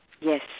Yes